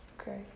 okay